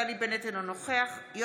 אינו נוכח נפתלי בנט,